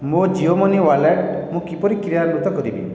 ମୋ Jio money wallet ମୁଁ କିପରି କ୍ରିୟାନ୍ଵିତ କରିବି